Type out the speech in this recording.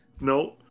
No